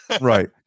Right